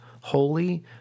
holy